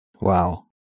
Wow